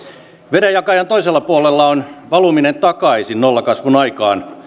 vedenjakajan toisella puolella on valuminen takaisin nollakasvun aikaan